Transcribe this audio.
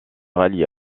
rallie